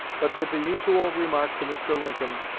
but with the usual remark to mr. lincoln,